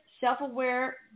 self-aware